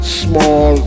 small